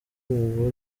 umugore